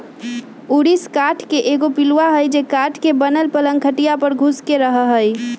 ऊरिस काठ के एगो पिलुआ हई जे काठ के बनल पलंग खटिया पर घुस के रहहै